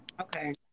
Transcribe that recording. Okay